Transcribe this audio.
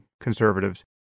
conservatives